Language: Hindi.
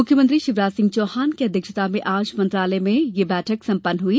मुख्यमंत्री शिवराज सिंह चौहान की अध्यक्षता में आज मंत्रालय में संपन्न हुई